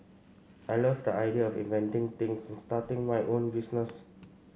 I love the idea of inventing things and starting my own business